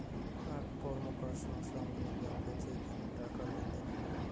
আক র্কমকার সংস্থা মানে ব্যাঙ্ক যেইখানে টাকা লেনদেন হই